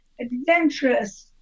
adventurous